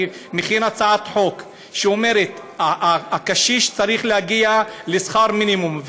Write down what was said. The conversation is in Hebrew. אני מכין הצעת חוק שאומרת שהקשיש צריך להגיע לשכר מינימום.